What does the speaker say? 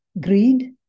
greed